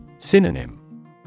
synonym